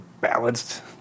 balanced